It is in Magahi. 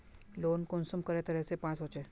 लोन कुंसम करे तरह से पास होचए?